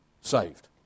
saved